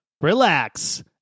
relax